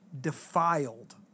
defiled